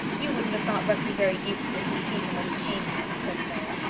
you wouldn't have thought rusty very decent if you'd seen him when he came here, said stella.